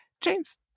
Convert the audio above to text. james